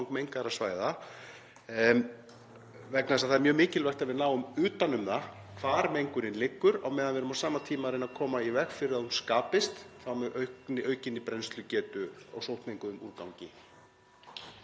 sem er mjög mikilvægt, að við náum utan um það hvar mengunin liggur á meðan við verðum á sama tíma (Forseti hringir.) að reyna að koma í veg fyrir að hún skapist, þá með aukinni brennslugetu á sóttmenguðum úrgangi.